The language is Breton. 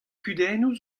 kudennoù